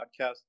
Podcast